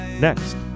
next